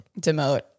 demote